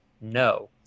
No